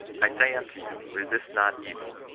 i say unto you, resist not evil,